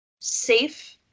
safe